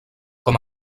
com